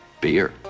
Beer